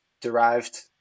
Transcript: derived